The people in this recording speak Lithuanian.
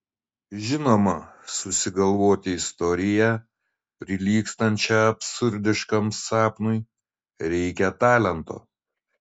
žinoma susigalvoti istoriją prilygstančią absurdiškam sapnui reikia talento